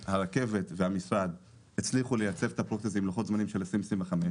והרכבת והמשרד הצליחו לצמצמם את הפרויקט הזה ללוחות זמנים של 2025,